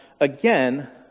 again